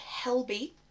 Helby